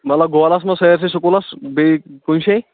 مطلب گولَس منٛز سأرۍسٕے سکوٗلَس بیٚیہِ کُنہِ جاے